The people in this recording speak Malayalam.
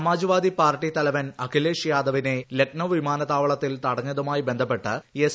സമാജ്വാദി പാർട്ടിത്തലവൻ അഖിലേഷ് യാദവിനെ ലക്നൌ വിമാനത്താവളത്തിൽ തടഞ്ഞതുമായി ബന്ധപ്പെട്ട് എസ്